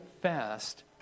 fast